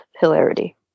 hilarity